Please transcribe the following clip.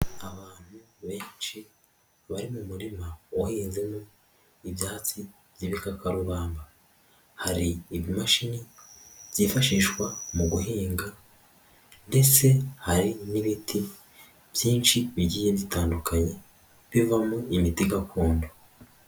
Abantu benshi bari mu murima uhinzemo ibyatsi by'ibikakarubamba, hari ibimashini byifashishwa mu guhinga ndetse hari n'ibiti byinshi bigiye bitandukanye, bivamo imiti gakondo.